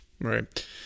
Right